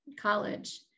college